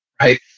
right